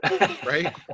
Right